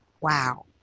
wow